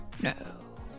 no